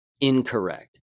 Incorrect